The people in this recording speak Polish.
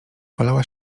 polała